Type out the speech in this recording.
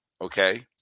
Okay